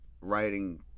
writing